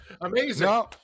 Amazing